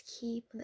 keep